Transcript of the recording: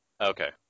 Okay